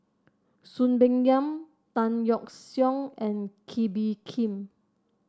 Soon Peng Yam Tan Yeok Seong and Kee Bee Khim